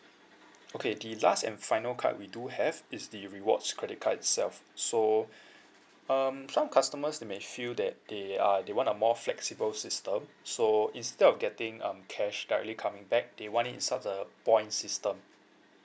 okay the last and final card we do have is the rewards credit card itself so um some customers they may feel that they are they want a more flexible system so instead of getting um cash directly coming back they want in terms of points system